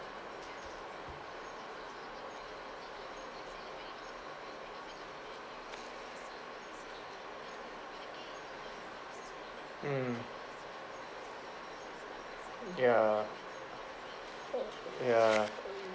ah mm ya ya